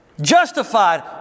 Justified